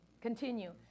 Continue